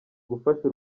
gufasha